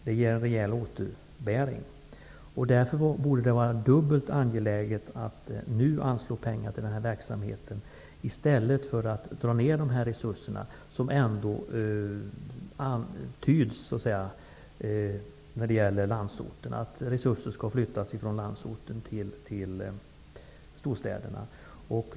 Det blir en rejäl återbäring. Därför borde det vara dubbelt angeläget att nu anslå pengar till verksamheten, i stället för att dra ned på resurserna. Det har antytts att resurser skall flyttas från landsorten till storstäderna.